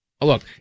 Look